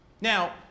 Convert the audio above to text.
now